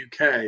UK